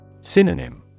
Synonym